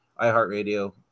iHeartRadio